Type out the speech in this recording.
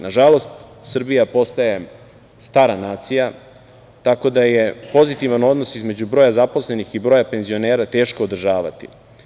Nažalost, Srbija postaje stara nacija, tako da je pozitivan odnos između broja zaposlenih i broja penzionera teško održavati.